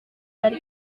dari